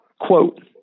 Quote